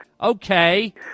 Okay